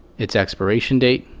its expiration date,